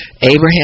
Abraham